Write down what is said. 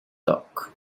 talk